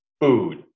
food